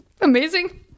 Amazing